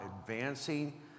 advancing